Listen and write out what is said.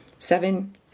Seven